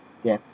they have